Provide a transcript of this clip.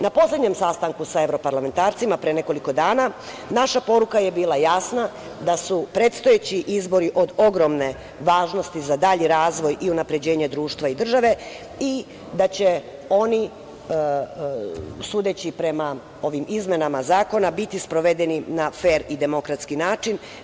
Na poslednjem sastanku sa evroparlamentarcima, pre nekoliko dana, naša poruka je bila jasna, da su predstojeći izbori od ogromne važnosti za dalji razvoj i unapređenje društva i države, i da će oni sudeći prema ovim izmenama zakona, biti sprovedeni na fer i demokratski način.